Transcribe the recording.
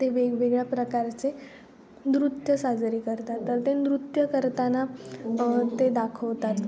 ते वेगवेगळ्या प्रकारचे नृत्य साजरी करतात तर ते नृत्य करताना ते दाखवतात